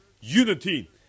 unity